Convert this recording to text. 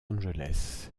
angeles